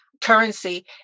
currency